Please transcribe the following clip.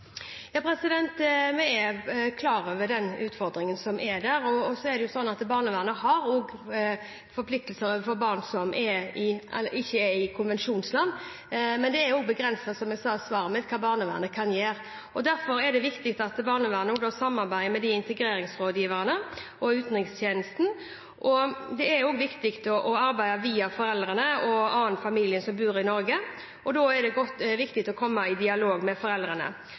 Vi er klar over den utfordringen som er der. Barnevernet har også forpliktelser overfor barn som ikke er i konvensjonsland. Men det er begrenset – som jeg sa i svaret mitt – hva barnevernet kan gjøre. Derfor er det viktig at barnevernet samarbeider med integreringsrådgiverne og utenrikstjenesten. Det er viktig å arbeide via foreldrene og annen familie som bor i Norge. Da er det viktig å komme i dialog med foreldrene.